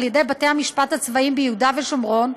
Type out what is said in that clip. ידי בתי המשפט הצבאיים ביהודה ושומרון,